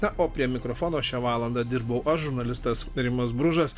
na o prie mikrofono šią valandą dirbau aš žurnalistas rimas bružas